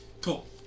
Cool